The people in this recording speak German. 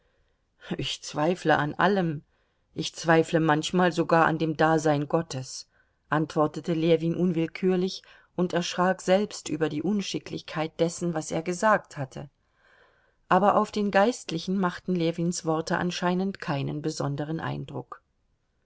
ich zweifle an allem ich zweifle manchmal sogar an dem dasein gottes antwortete ljewin unwillkürlich und erschrak selbst über die unschicklichkeit dessen was er gesagt hatte aber auf den geistlichen machten ljewins worte anscheinend keinen besonderen eindruck